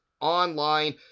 online